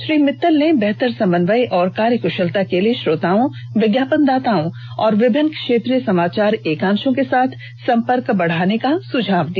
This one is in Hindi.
श्री मित्तल ने बेहतर समन्वय और कार्यक्शलता के लिए श्रोताओं विज्ञापनदाताओं और विभिन्न क्षेत्रीय समाचार एकांशों के साथ सम्पर्क बढ़ाने का सुझाव दिया